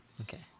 Okay